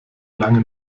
lange